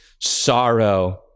sorrow